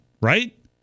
right